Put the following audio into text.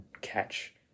catch